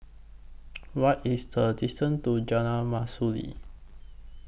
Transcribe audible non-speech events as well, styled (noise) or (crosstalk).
(noise) What IS The distance to Jalan Mastuli